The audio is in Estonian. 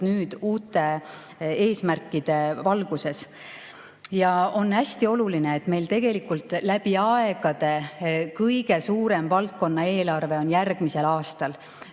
uute eesmärkide valguses. On hästi oluline, et meil tegelikult läbi aegade kõige suurem valdkonna eelarve on järgmisel aastal.